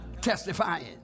testifying